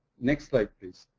next slide, please.